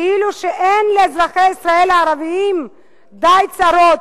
כאילו שאין לאזרחי ישראל הערבים די צרות.